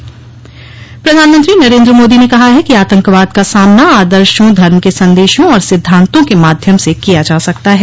प्रधानमंत्री नरेन्द्र मोदी ने कहा है कि आतंकवाद का सामना आदर्शो धर्म के संदेशों और सिद्धान्तों के माध्यम से किया जा सकता है